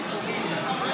מיכאל,